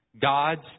God's